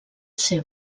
ser